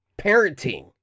parenting